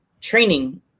training